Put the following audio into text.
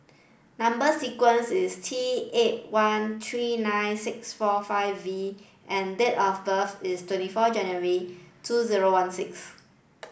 number sequence is T eight one three nine six four five V and date of birth is twenty four January two zero one six